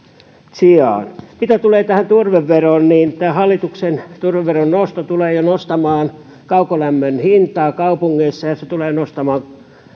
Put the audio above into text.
sijaan mitä tulee tähän turveveroon niin hallituksen turveveron nosto tulee jo nostamaan kaukolämmön hintaa kaupungeissa se tulee nostamaan